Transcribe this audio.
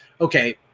okay